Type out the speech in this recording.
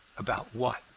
about what,